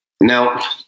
Now